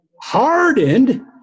hardened